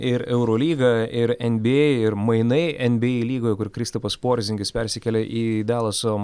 ir eurolyga ir nba ir mainai nba lygoje kur kristupas porzingis persikėlė į dalaso